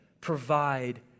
provide